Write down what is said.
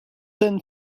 ten